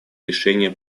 решения